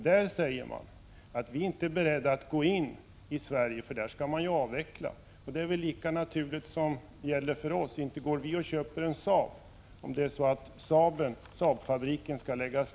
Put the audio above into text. Förbudet mot att bedriva uppdragsutbildning som motsvarar någon allmän linje tycks alltså vara på väg att kringgås.